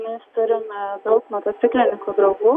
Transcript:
mes turime daug motociklininkų draugų